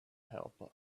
helper